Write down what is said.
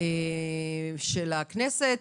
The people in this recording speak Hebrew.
של הכנסת,